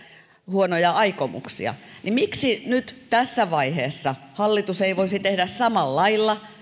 huonoja aikomuksia niin miksi nyt tässä vaiheessa hallitus ei voisi tehdä samalla lailla